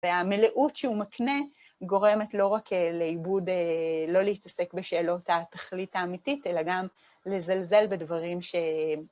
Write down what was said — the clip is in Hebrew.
והמלאות שהוא מקנה גורמת לא רק לאיבוד, לא להתעסק בשאלות התכלית האמיתית, אלא גם לזלזל בדברים ש...